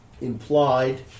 implied